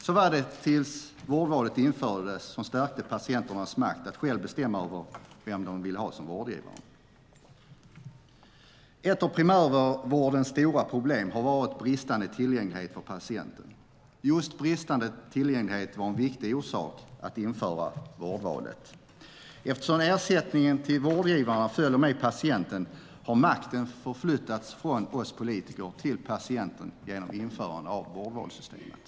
Så var det tills vårdvalet infördes, som stärkte patienternas makt att själva bestämma vem de ville ha som vårdgivare. Ett av primärvårdens stora problem har varit bristande tillgänglighet för patienten. Just bristande tillgänglighet var en viktig orsak till att vårdvalet infördes. Eftersom ersättningen till vårdgivarna följer med patienten har makten flyttats från oss politiker till patienten genom införande av vårdvalssystemet.